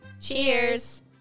cheers